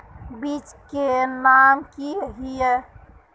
बीज के नाम की हिये?